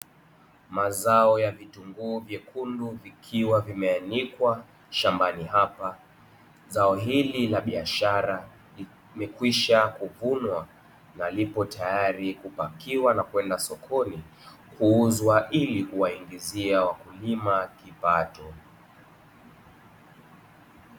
Mazao ya vitunguu vyekundu vikiwa vimeanikwa shambani hapa. Zao hili la biashara limekwisha kuvunwa na lipo tayari kupakiwa na kwenda sokoni kuuzwa, ili kuwaingizia wakulima kipato.